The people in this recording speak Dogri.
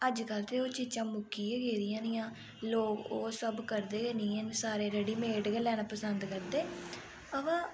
अज्जकल ते ओह् चीजां मुक्की गै गेदियां न इ'यां लोक ओह् सब करदे गै नी हैन सारे रेडीमेड गै लैना पंसद करदे अवा